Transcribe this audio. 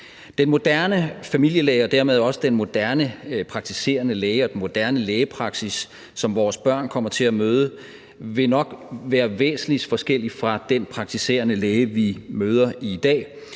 Den moderne familielæge og dermed også den moderne praktiserende læge og den moderne lægepraksis, som vores børn kommer til at møde, vil nok være væsensforskellig fra den praktiserende læge, vi møder i dag,